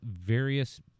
various